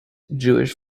jewish